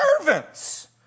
servants